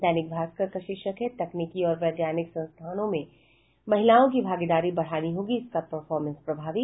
दैनिक भास्कर का शीर्षक है तकनीकी और वैज्ञानिक संस्थाओं में महिलाओं की भागीदारी बढ़ानी होगी इनका परफॉर्मेंस प्रभावी